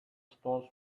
stones